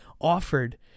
offered